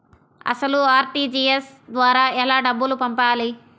అసలు అర్.టీ.జీ.ఎస్ ద్వారా ఎలా డబ్బులు పంపాలి?